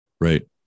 Right